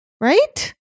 right